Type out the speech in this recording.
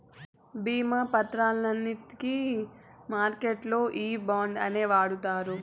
భీమా పత్రాలన్నింటికి మార్కెట్లల్లో ఈ బాండ్లనే వాడుతారు